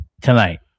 tonight